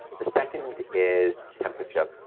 the second is temperature.